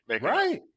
right